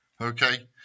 Okay